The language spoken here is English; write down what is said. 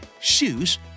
shoes